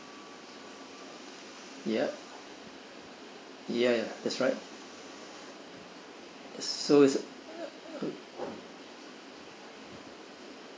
ya ya ya that's right so it's